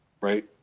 right